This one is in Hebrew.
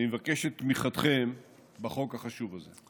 אני מבקש את תמיכתכם בחוק החשוב הזה.